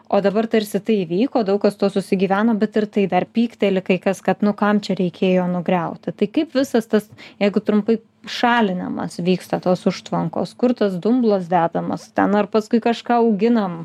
o dabar tarsi tai įvyko daug kas su tuo susigyveno bet ir tai dar pykteli kai kas kad nu kam čia reikėjo nugriauti tai kaip visas tas jeigu trumpai šalinimas vyksta tos užtvankos kur tas dumblas dedamas ten ar paskui kažką auginam